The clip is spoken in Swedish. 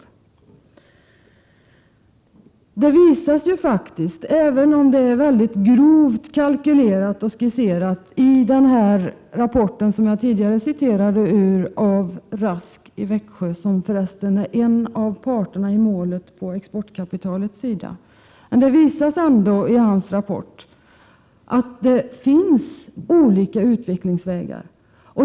I rapporten av Rask i Växjö, som jag tidigare citerade ur, visas — om än väldigt grovt kalkylerat och skisserat — att det finns olika utvecklingsvägar. Denne Rask är för övrigt en av parterna på exportkapitalets sida.